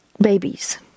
babies